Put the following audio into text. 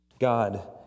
God